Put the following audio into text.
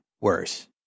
worse